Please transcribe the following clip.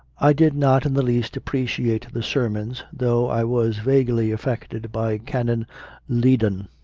i did not in the least appreciate the sermons, though i was vaguely affected by canon liddon.